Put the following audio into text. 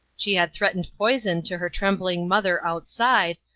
she had threatened poison to her trembling mother outside,